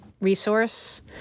resource